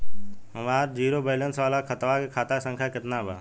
हमार zero balance वाला खतवा के खाता संख्या केतना बा?